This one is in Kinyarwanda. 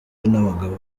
n’abagabo